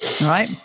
Right